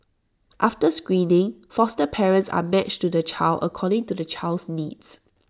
after screening foster parents are matched to the child according to the child's needs